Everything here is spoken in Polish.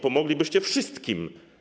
Pomoglibyście wszystkim.